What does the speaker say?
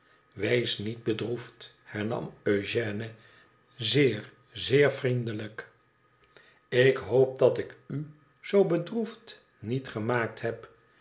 wees niet bedroefd hernam eugène zeer zeer vriendelijk ik hoop dat ik u zoo bedroefd niet gemaakt heb